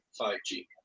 5G